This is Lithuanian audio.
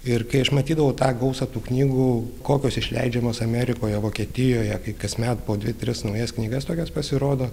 ir kai aš matydavau tą gausą tų knygų kokios išleidžiamos amerikoje vokietijoje kai kasmet po dvi tris naujas knygas tokias pasirodo